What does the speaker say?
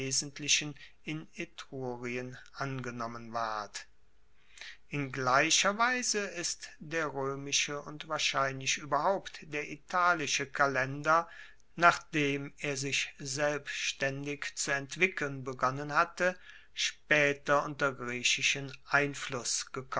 in etrurien angenommen ward in gleicher weise ist der roemische und wahrscheinlich ueberhaupt der italische kalender nachdem er sich selbstaendig zu entwickeln begonnen hatte spaeter unter griechischen einfluss